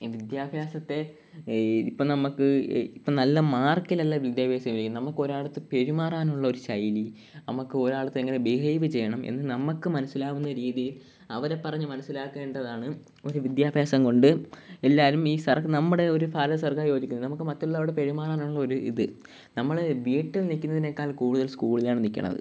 ഈ വിദ്യാഭ്യാസത്തെ ഇപ്പം നമുക്ക് ഇപ്പം നല്ല മാർക്കിലല്ല വിദ്യാഭ്യാസം ഇരിക്കുന്നത് നമുക്ക് ഒരാളെ അടുത്ത് പെരുമാറാനുള്ളൊരു ശൈലി നമുക്ക് ഒരാളുടെ അടുത്ത് എങ്ങനെ ബിഹേവ് ചെയ്യണം എന്ന് നമുക്ക് മനസ്സിലാവുന്ന രീതിയിൽ അവരെ പറഞ്ഞ് മനസ്സിലാക്കേണ്ടതാണ് ഒരു വിദ്യാഭ്യാസം കൊണ്ട് എല്ലാരും ഈ നമ്മുടെ ഒരു യോചിക്കുന്നു നമുക്ക് മറ്റുള്ളവരോട് പെരുമാറാനുള്ള ഒരു ഇത് നമ്മൾ വീട്ടിൽ നിൽക്കുന്നതിനേക്കാൾ കൂടുതൽ സ്കൂളിലാണ് നിൽക്കുന്നത്